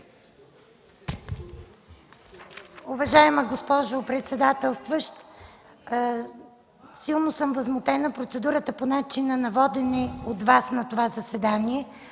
Уважаема госпожо председателстваща, силно съм възмутена! Процедурата ми е по начина на водене от Вас на това заседание.